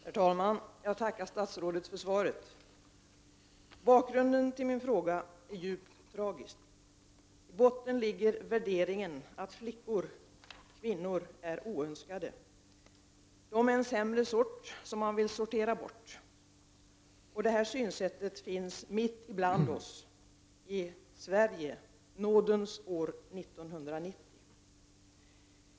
Herr talman! Jag tackar statsrådet för svaret. Bakgrunden till min fråga är djupt tragisk. I botten ligger värderingen att flickor/kvinnor är oönskade. De är en sämre sort, som man vill sortera bort. Det här synsättet finns mitt ibland oss i Sverige i nådens år 1990.